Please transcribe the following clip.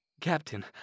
Captain